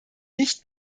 nicht